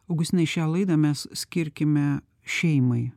augustinai šią laidą mes skirkime šeimai